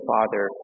Father